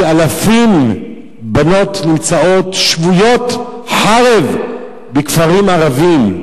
שאלפי בנות נמצאות שבויות חרב בכפרים ערביים,